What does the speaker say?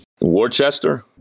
Worcester